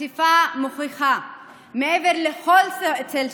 דווקא מפלגתו